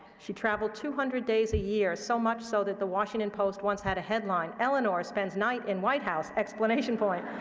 she traveled two hundred days a year, so much so that the washington post once had a headline, eleanor spends night in white house, exclamation point.